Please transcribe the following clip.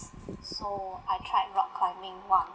so I tried rock climbing once